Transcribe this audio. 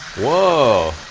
whoa.